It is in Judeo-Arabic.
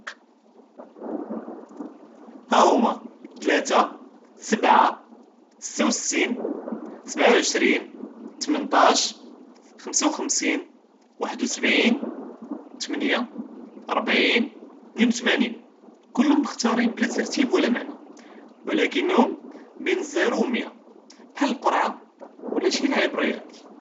האומה תלאתה, שבעה, סתה ו סטון, שבעה ו עשרים, תמנטאש, חמסה ו חמסטין, אחד ו שבעין, תמניה, רבעין, תנים או תמאנין, כלהמ מוכתארין בלא תרטיב ו לה מענה ו לקינהמ בין זירו ו מיה כחאל אלקרעה ולה שי לעאב ריאדי.